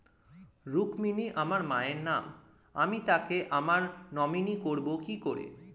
রুক্মিনী আমার মায়ের নাম আমি তাকে আমার নমিনি করবো কি করে?